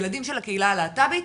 ילדים של הקהילה של הלהט"בית,